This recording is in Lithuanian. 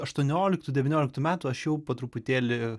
aštuonioliktų devynioliktų metų aš jau po truputėlį